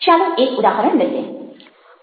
ચાલો એક ઉદાહરણ લઈએ